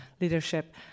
leadership